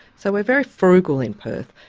so we're very frugal in perth.